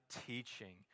teaching